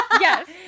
Yes